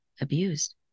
abused